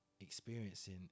experiencing